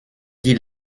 dit